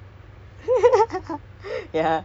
if not we're gonna be on a different page